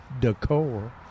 decor